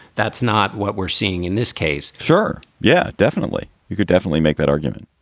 that's not what we're seeing in this case sure. yeah, definitely. you could definitely make that argument.